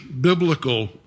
biblical